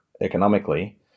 economically